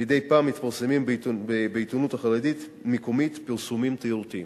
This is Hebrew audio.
מדי פעם מתפרסמים בעיתונות החרדית המקומית פרסומים תיירותיים.